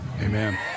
Amen